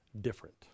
different